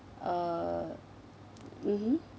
uh mmhmm